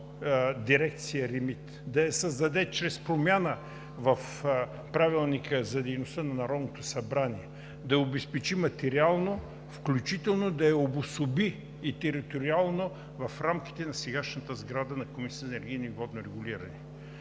дирекция REMIT, да я създаде чрез промяна в Правилника за дейността на Народното събрание, да я обезпечи материално, включително да я обособи и териториално в рамките на сегашната сграда на Комисията за енергийно и водно регулиране.